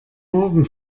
morgen